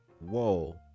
whoa